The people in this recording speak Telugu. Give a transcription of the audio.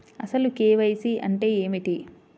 అసలు కే.వై.సి అంటే ఏమిటి?